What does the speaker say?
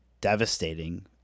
devastating